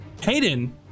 Hayden